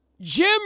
Jim